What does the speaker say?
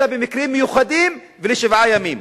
אלא במקרים מיוחדים ולשבעה ימים.